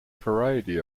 variety